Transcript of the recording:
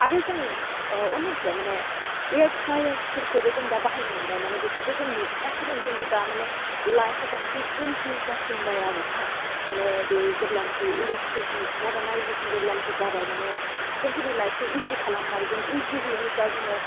आरो जों ओह अनेक माने इयार फ्राइयारर्सफोरखौबो जों दा बाहायनो मोनबाय माने बेफोरखौ जों नुफेराखैमोन खिन्थु दा माने लाइफआ बांसिन इजि जासिनबाय आरो ना माने बे जेब्लानाखि इलेकट्रिकनि मर्दाननायजेसोन जेब्लानाखि जाबाय माने जोंफोरनि लाइफखौ इजि खालामबाय जों इजिहैनो जा जोङो